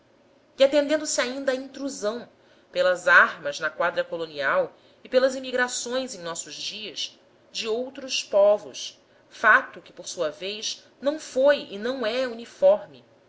e atendendo se ainda à intrusão pelas armas na quadra colonial e pelas imigrações em nossos dias de outros povos fato que por sua vez não foi e não é uniforme